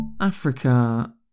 Africa